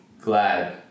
glad